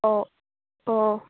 অঁ অঁ